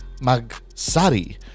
magsari